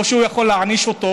או שהוא יכול להעניש אותו?